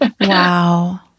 Wow